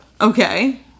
Okay